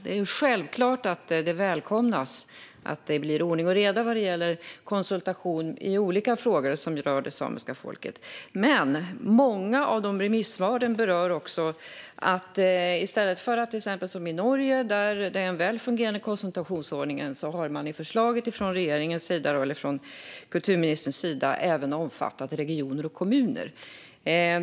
Det är ju självklart att det välkomnas att det blir ordning och reda vad gäller konsultation i olika frågor som rör det samiska folket. Men många av remissvaren berör också att man i förslaget från regeringens sida - eller från kulturministerns sida - i stället för att göra som i till exempel Norge, där det finns en väl fungerande konsultationsordning, även har omfattat regioner och kommuner.